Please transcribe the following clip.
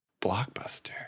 Blockbuster